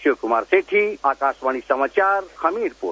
शिवकुमार सेठी आकाशवाणी समाचार हमीरपुर